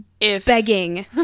Begging